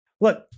look